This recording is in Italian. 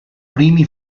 primi